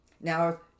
Now